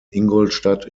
ingolstadt